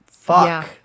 fuck